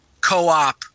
co-op